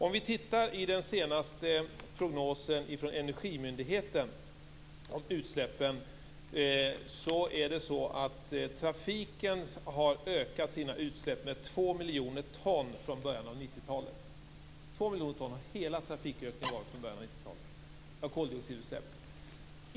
Om vi tittar i den senaste prognosen från Energimyndigheten om utsläppen ser vi att trafiken har ökat sina koldioxidutsläpp med 2 miljoner ton från början av 90-talet. Hela trafikökningen har varit 2 miljoner ton från början av 90-talet.